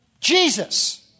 Jesus